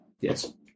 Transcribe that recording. Yes